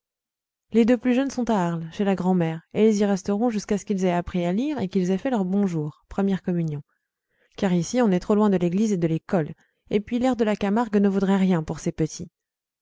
les deux plus jeunes sont à arles chez la grand'mère et ils y resteront jusqu'à ce qu'ils aient appris à lire et qu'ils aient fait leur bon jour première communion car ici on est trop loin de l'église et de l'école et puis l'air de la camargue ne vaudrait rien pour ces petits